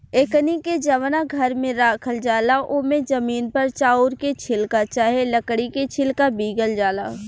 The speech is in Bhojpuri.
एकनी के जवना घर में राखल जाला ओमे जमीन पर चाउर के छिलका चाहे लकड़ी के छिलका बीगल जाला